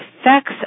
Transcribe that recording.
effects